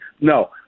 No